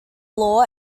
law